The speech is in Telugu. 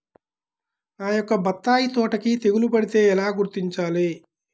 నా యొక్క బత్తాయి తోటకి తెగులు పడితే ఎలా గుర్తించాలి?